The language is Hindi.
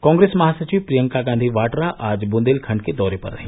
कॉप्रेस महासचिव प्रियंका गांधी वाड्रा आज बुंदेलखंड के दौरे पर रहीं